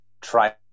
try